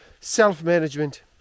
self-management